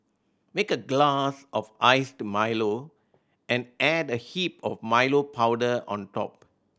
make a glass of iced Milo and add a heap of Milo powder on top